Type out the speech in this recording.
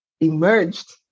emerged